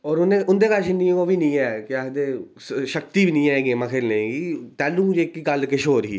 होर उंदे कश इन्नी ओह्बी निं ऐ केह् आक्खदे शक्ति निं ऐ गेमां खेल्लने दी तैलूं दी जेह्की गल्ल किश होर ही